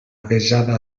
avesada